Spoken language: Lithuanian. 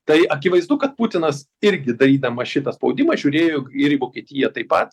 tai akivaizdu kad putinas irgi darydamas šitą spaudimą žiūrėjo ir į vokietiją taip pat